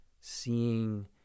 seeing